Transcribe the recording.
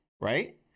right